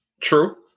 true